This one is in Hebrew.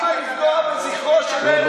למה לפגוע בזכרו של הרצל?